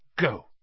Go